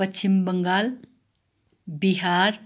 Paschim Bangal Bihar